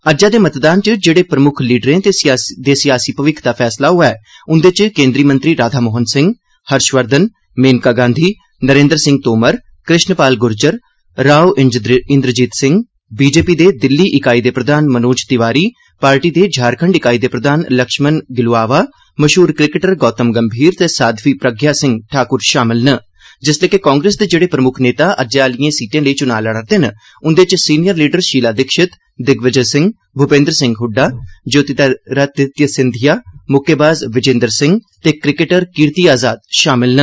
अज्जै दे मतदान च जिने प्रम्क्ख लीडरें दे सियासी भागें दा फैसला होआ ऐ उन्दे च केन्द्री मंत्री राधामोहन सिंह हर्षवर्धन मेनका गांधी नरेन्द्र सिंह तोमर कृश्ण पाल गुर्जर राव इंद्रजीत सिंह ठश्रच दे दिल्ली इकाई दे प्रधान मनोज तिवारी पार्टी दे झारखंड इकाई दे प्रधान लक्ष्मण गिलुआवा मशहूर क्रिकेटर गौतम गंभीर ते साधवी प्रज्ञा सिंह ठाक्र शामल न जिसलै कि कांग्रेस दे जेड़े प्रम्क्ख नेता अज्जै आलियें सीटें लेई चुना लड़ै करदे न उन्दे च सीनियर लीडर शीला दीक्षित दिग्विजय सिंह भूपेन्द्र सिंह हड्डा ज्योतिरादित्य सिंधिया मुक्केबाज विजेन्द्र सिंह ते क्रिकेटर कीर्ति अजाद शामल न